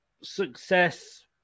Success